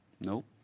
Nope